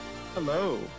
Hello